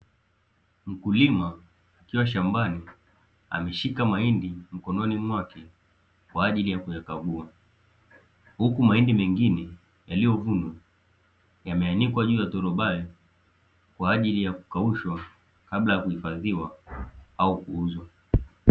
Mkulima akiwa shambani ameshika mahindi mkononi mwake kwa ajili ya kuyakagua, huku mahindi mengine yaliyovunwa yameanikwa juu ya turubai kwa ajili ya kukaushwa kabla ya kuhifadhiwa au kuuza.